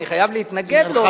אני חייב להתנגד לו,